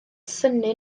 synnu